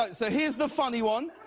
ah so here's the funny one.